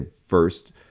first